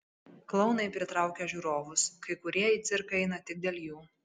klounai pritraukia žiūrovus kai kurie į cirką eina tik dėl jų